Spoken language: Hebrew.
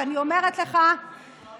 אני אומרת לך, זה מתואם